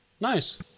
Nice